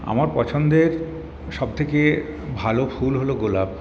আমার পছন্দের সবথেকে ভালো ফুল হল গোলাপ